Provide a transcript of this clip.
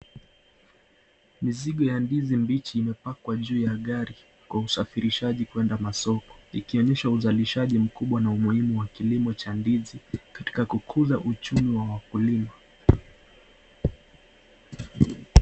Mizigo ya ndizi mbichi imepakiwa juu ya gari kwa usafirishaji kuenda masoko ikionyesha uzalishaji mkubwa na umuhimu wa kilimo cha ndizi katika kukuza uchumi wa wakulima.